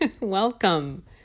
welcome